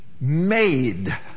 made